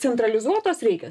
centralizuotos reikia